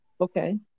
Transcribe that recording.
Okay